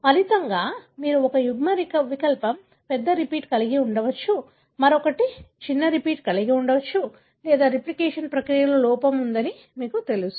ఫలితంగా మీరు ఒక యుగ్మవికల్పం పెద్ద రిపీట్ కలిగి ఉండవచ్చు మరొకటి చిన్న రిపీట్ కలిగి ఉండవచ్చు లేదా రెప్లికేషన్ ప్రక్రియలో లోపం ఉందని మీకు తెలుసు